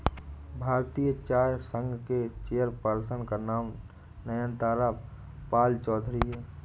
भारतीय चाय संघ के चेयर पर्सन का नाम नयनतारा पालचौधरी हैं